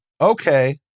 okay